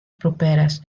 properes